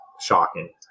shocking